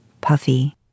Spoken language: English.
puffy